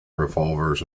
revolvers